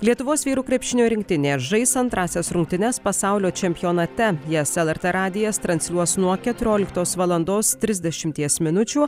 lietuvos vyrų krepšinio rinktinė žais antrąsias rungtynes pasaulio čempionate jas lrt radijas transliuos nuo keturioliktos valandos trisdešimties minučių